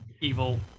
evil